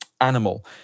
animal